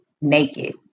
naked